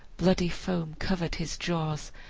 bloody foam covered his jaws,